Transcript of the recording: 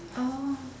oh